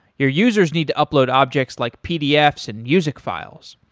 your users need to upload objects like pdfs and music files.